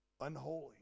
Unholy